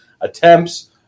attempts